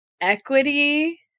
equity